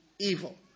evil